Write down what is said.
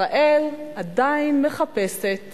ישראל עדיין מחפשת